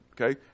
Okay